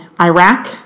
Iraq